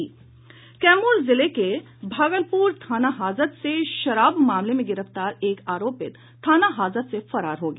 कैमूर जिले के भगवानपूर थाना हाजत से शराब मामले में गिरफ्तार एक आरोपित थाना हाजत से फरार हो गया